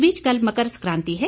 इस बीच कल मकर सक्रांति है